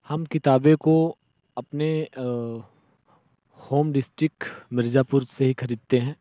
हम किताबें को अपने होम डिस्ट्रिक्ट मिर्ज़ापुर से ख़रीदते हैं